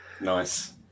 Nice